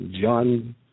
John